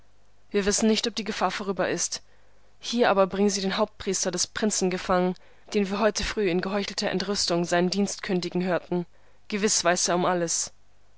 wir wissen nicht ob die gefahr vorüber ist hier aber bringen sie den hauptpriester des prinzen gefangen den wir heute früh in geheuchelter entrüstung seinen dienst kündigen hörten gewiß weiß er um alles